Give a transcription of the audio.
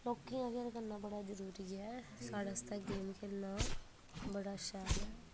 लोकें ई अवेयर करना बड़ा जरूरी ऐ साढ़े आस्तै गेम खे'ल्लना बड़ा शैल ऐ